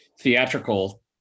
theatrical